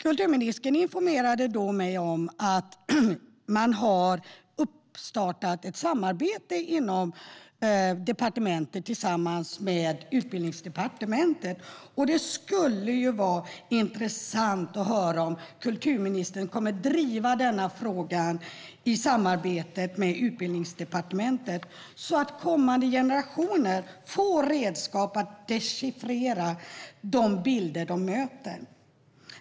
Kulturministern informerade mig då om att man i departementet har startat ett samarbete med Utbildningsdepartementet. Det skulle vara intressant att höra om kulturministern kommer att driva denna fråga i det samarbetet, så att kommande generationer får redskap att dechiffrera de bilder de möter.